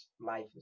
Life